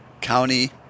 county